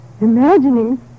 imagining